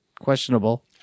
questionable